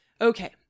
okay